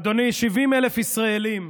אדוני, 70,000 ישראלים,